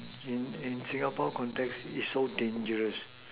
in in Singapore context it's so dangerous